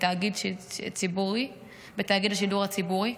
בתאגיד השידור הציבורי?